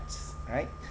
right